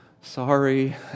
Sorry